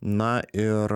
na ir